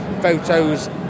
photos